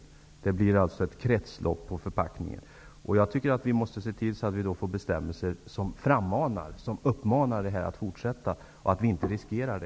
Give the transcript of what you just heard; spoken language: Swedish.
Förpackningen hamnar alltså i ett kretslopp. Jag tycker att vi borde se till att bestämmelserna uppmanar till fortsatt återvinning. Återvinningen får inte riskeras.